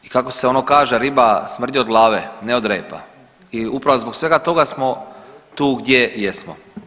I kako se ono kaže riba smrdi od glave, ne od repa i upravo zbog svega toga smo tu gdje jesmo.